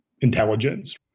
intelligence